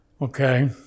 Okay